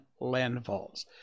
landfalls